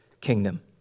kingdom